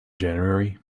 january